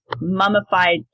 mummified